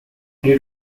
due